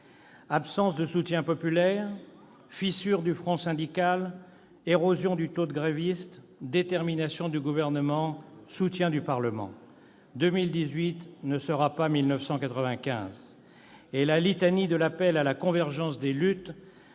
absence de soutien populaire, fissure du front syndical, érosion du taux de grévistes, détermination du Gouvernement, soutien du Parlement ... Non, 2018 ne sera pas 1995. Et la litanie de l'appel à la convergence des luttes